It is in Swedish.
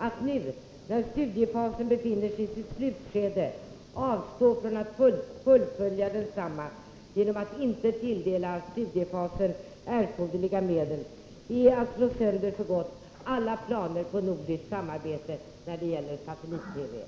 Att nu, när studiefasen befinner sig i sitt slutskede, avstå från att fullfölja projektet genom att inte tilldela studiefasen erforderliga medel är att slå sönder för gott alla planer på nordiskt samarbete när det gäller satellit-TV.